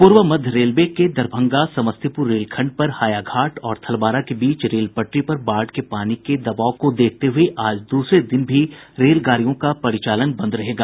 पूर्व मध्य रेलवे के दरभंगा समस्तीपुर रेलखंड पर हायाघाट और थलवाड़ा के बीच रेल पटरी पर बाढ़ के पानी के दबाव के देखते हुये आज दूसरे दिन भी रेलगाड़ियों का परिचालन बंद रहेगा